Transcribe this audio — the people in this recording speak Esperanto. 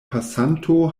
pasanto